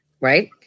Right